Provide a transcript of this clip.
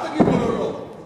אל תגיד "לא, לא, לא".